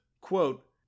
quote